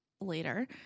later